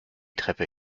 treppe